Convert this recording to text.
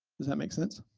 does that make sense?